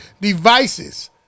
devices